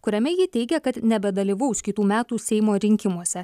kuriame ji teigia kad nebedalyvaus kitų metų seimo rinkimuose